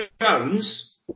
Jones